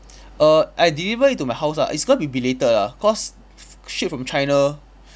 err I delivered it to my house ah it's going to be belated ah cause ship from china